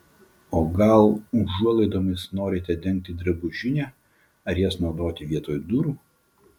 o gal užuolaidomis norite dengti drabužinę ar jas naudoti vietoj durų